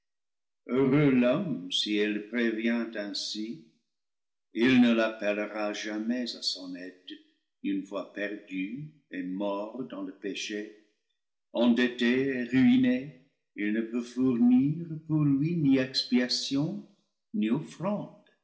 heureux l'homme si elle le prévient ainsi il ne l'appellera jamais à son aide une fois perdu et mort dans le péché endetté et ruiné il ne peut fournir pour lui ni expiation ni